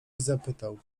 zapytał